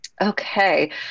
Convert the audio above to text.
Okay